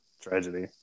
Tragedy